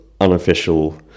unofficial